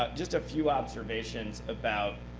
ah just a few observations about